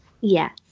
Yes